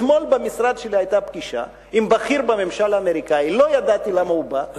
היתה במשרד שלי פגישה עם בכיר בממשל האמריקני; לא ידעתי למה הוא בא,